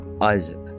Isaac